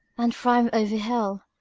and triumph'd over hell!